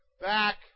back